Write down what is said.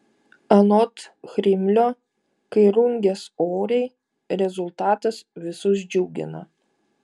anot chrimlio kai rungies oriai rezultatas visus džiugina